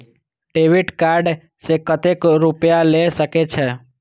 Debit card से कतेक रूपया ले सके छै?